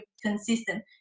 consistent